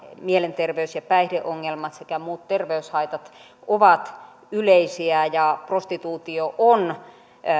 mielenterveys ja päihdeongelmat sekä muut terveyshaitat ovat yleisiä ja prostituutio on